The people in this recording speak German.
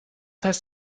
heißt